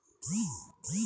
NEFT কি?